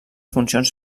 funcions